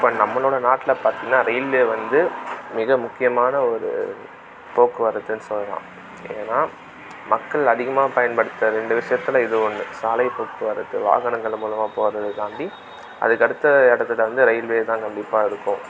இப்போ நம்மளோட நாட்டில பார்த்திங்கனா ரயில்வே வந்து மிக முக்கியமான ஒரு போக்குவரத்துனு சொல்லலாம் ஏன்னா மக்கள் அதிகமாக பயன்படுத்துகிற ரெண்டு விஷயத்தில் இது ஒன்று சாலைப் போக்குவரத்து வாகனங்களும் மூலமாக போகிறது தாண்டி அதுக்கு அடுத்த இடத்துல வந்து ரயில்வே தான் கண்டிப்பாக இருக்கும்